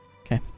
Okay